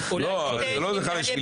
--- זה נשמע קצת